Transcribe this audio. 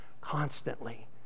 constantly